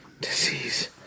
disease